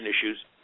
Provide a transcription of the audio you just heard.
issues